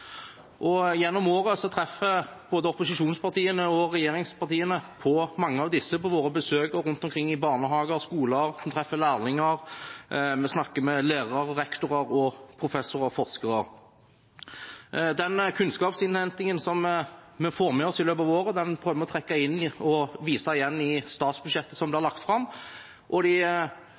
høyskoler. Gjennom året treffer både opposisjonspartiene og regjeringspartiene på mange av disse på våre besøk rundt omkring i barnehager og skoler. Vi treffer lærlinger, vi snakker med lærere, rektorer, professorer og forskere. Den kunnskapsinnhentingen vi får med oss i løpet av året, prøver vi å trekke inn og vise igjen i statsbudsjettet som blir lagt fram. Opposisjonspartiene forsøker å legge det fram i sine alternative statsbudsjett og